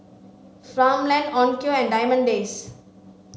Farmland Onkyo and Diamond Days